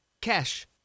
cash